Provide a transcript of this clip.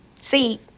See